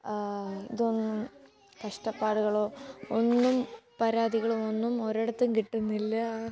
ഇതൊന്നും കഷ്ടപ്പാടുകളൊ ഒന്നും പരാതികളുമൊന്നും ഒരിടത്തും കിട്ടുന്നില്ല